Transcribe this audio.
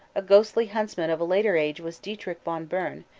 a ghostly huntsman of a later age was dietrich von bern,